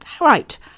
right